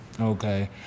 Okay